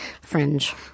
Fringe